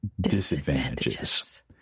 Disadvantages